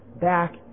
back